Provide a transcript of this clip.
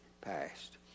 past